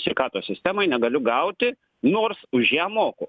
sveikatos sistemoj negaliu gauti nors už ją moku